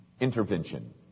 intervention